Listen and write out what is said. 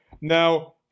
Now